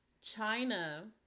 China